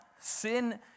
sin